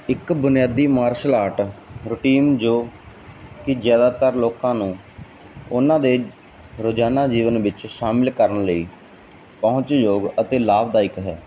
ਇੱਕ ਬੁਨਿਆਦੀ martial art routine ਜੋ ਕਿ ਜ਼ਿਆਦਾਤਰ ਲੋਕਾਂ ਨੂੰ ਉਹਨਾਂ ਦੇ ਰੋਜ਼ਾਨਾ ਜੀਵਨ ਵਿੱਚ ਸ਼ਾਮਲ ਕਰਨ ਲਈ ਪਹੁੰਚ ਯੋਗ ਅਤੇ ਲਾਭਦਾਇਕ ਹੈ